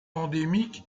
endémiques